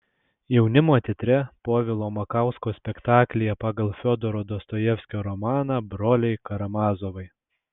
jaunimo teatre povilo makausko spektaklyje pagal fiodoro dostojevskio romaną broliai karamazovai